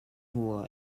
hula